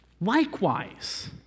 Likewise